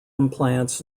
implants